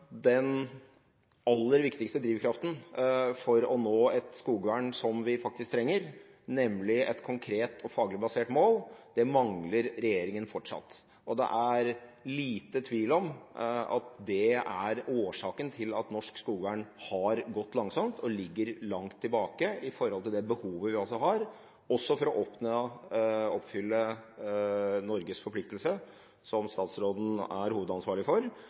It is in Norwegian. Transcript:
den aller viktigste drivkraften for å nå et skogvern som vi faktisk trenger, nemlig et konkret og faglig basert mål, mangler regjeringen fortsatt. Det er liten tvil om at det er årsaken til at norsk skogvern har gått langsomt og ligger langt tilbake i forhold til det behovet vi har, også for å oppfylle Norges forpliktelse – som statsråden er hovedansvarlig for